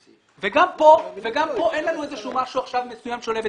גם כאן אין לנו איזשהו משהו מסוים עכשיו שעולה בדעתנו.